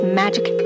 magic